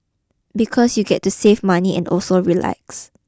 because you get to save money and also relax